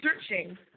searching